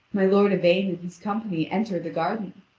my lord yvain and his company enter the garden.